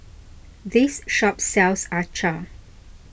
this shop sells Acar